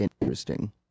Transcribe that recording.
interesting